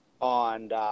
on